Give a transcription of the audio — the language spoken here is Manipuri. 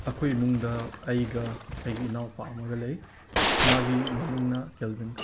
ꯑꯩꯈꯣꯏ ꯏꯃꯨꯡꯗ ꯑꯩꯒ ꯑꯩꯒꯤ ꯏꯅꯥꯎꯄꯥ ꯑꯃꯒ ꯂꯩ ꯃꯥꯒꯤ ꯃꯃꯤꯡꯅ ꯀꯦꯜꯕꯤꯟ ꯀꯧꯋꯦ